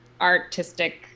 artistic